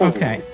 Okay